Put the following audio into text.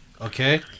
Okay